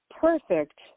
perfect